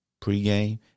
pregame